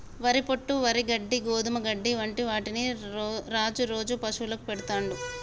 వరి పొట్టు, వరి గడ్డి, గోధుమ గడ్డి వంటి వాటిని రాజు రోజు పశువులకు పెడుతుంటాడు